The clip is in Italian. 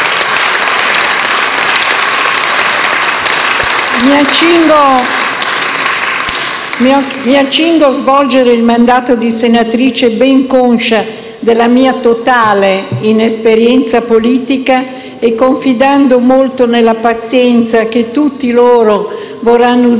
Mi accingo a svolgere il mandato di senatrice ben conscia della mia totale inesperienza politica e confidando molto nella pazienza che tutti loro vorranno usare nei confronti